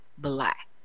Black